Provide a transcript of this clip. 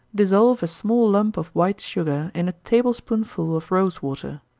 dissolve a small lump of white sugar in a table-spoonful of rosewater,